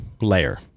layer